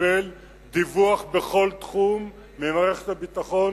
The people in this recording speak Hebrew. ותקבל דיווח בכל תחום ממערכת הביטחון,